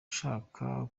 ushaka